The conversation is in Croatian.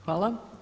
Hvala.